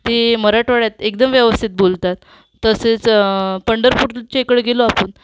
ते मराठवाड्यात एकदम व्यवस्थित बोलतात तसेच पंढरपूरचे इकडे गेलो आपण